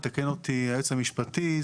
יתקן אותי היועץ המשפטי,